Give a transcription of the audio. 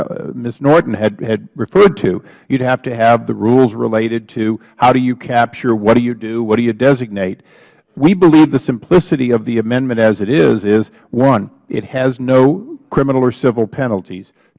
ms norton had referred to you would have to have the rules related to how do you capture what do you do what do you designate we believe the simplicity of the amendment as it is is one it has no criminal or civil penalties